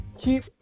keep